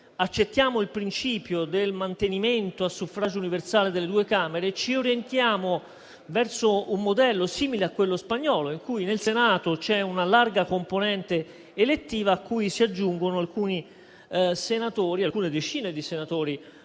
accettiamo il principio del mantenimento a suffragio universale delle due Camere; ci orientiamo verso un modello simile a quello spagnolo, in cui nel Senato c'è una larga componente elettiva, cui si aggiungono alcune decine di senatori